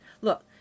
look